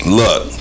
look